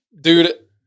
Dude